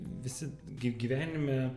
visi gi gyvenime